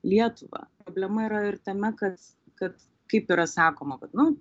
lietuvą problema yra ir tame kas kad kaip yra sakoma kad nu